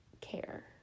care